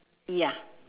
ya